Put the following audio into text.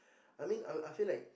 I mean I'll I'll feel like